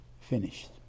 Finished